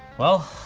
well,